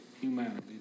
humanity